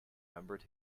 remembered